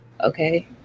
okay